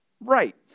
right